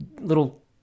little